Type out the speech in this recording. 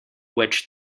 which